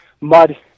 mud